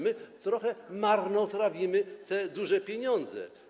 My trochę marnotrawimy te duże pieniądze.